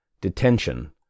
detention